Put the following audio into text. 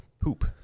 poop